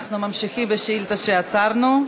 אנחנו ממשיכים בשאילתה שעצרנו.